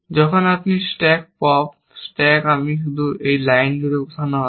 যখন আমরা stack pop stack আমরা শুধু একটি লাইন জুড়ে বসানো হবে